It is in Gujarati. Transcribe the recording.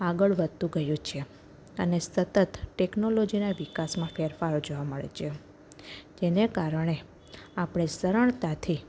આગળ વધતું ગયું છે અને સતત ટેક્નોલોજીના વિકાસમાં ફેરફારો જોવા મળે છે જેને કારણે આપણે સરળતાથી